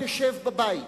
תשב בבית.